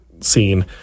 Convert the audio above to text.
scene